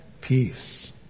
peace